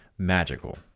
magical